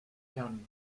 county